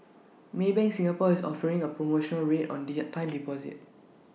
maybank Singapore is offering A promotional rate on the IT time deposits